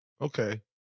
Okay